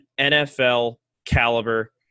NFL-caliber